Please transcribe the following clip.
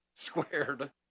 squared